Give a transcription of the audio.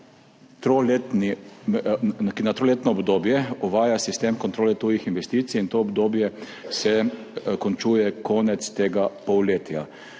na triletno obdobje uvaja sistem kontrole tujih investicij in to obdobje se končuje konec tega polletja.